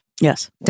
Yes